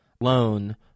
loan